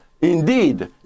indeed